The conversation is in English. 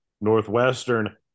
Northwestern